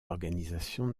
organisations